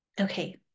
Okay